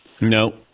No